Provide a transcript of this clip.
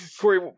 Corey